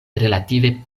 relative